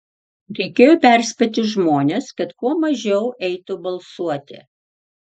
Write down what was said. reikėjo perspėti žmones kad kuo mažiau eitų balsuoti